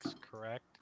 correct